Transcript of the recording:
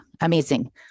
Amazing